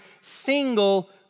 single